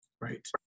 Right